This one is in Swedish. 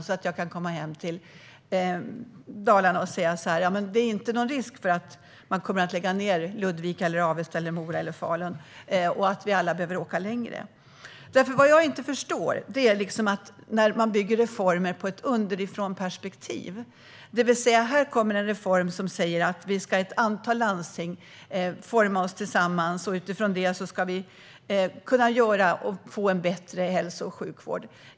Då kan jag komma hem till Dalarna och säga att det inte finns någon risk att man lägger ned sjukhusen i Ludvika, Avesta, Mora eller Falun så att vi alla måste åka längre. Det jag inte förstår är talet om att bygga reformer ur ett underifrånperspektiv. Här kommer en reform där ett antal landsting själva kan säga att de vill gå samman, och utifrån det kan vi få en bättre hälso och sjukvård.